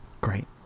Great